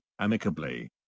amicably